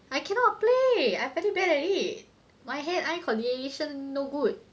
I cannot play I very bad at it my hand eye coordination no good